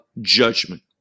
judgment